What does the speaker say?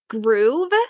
groove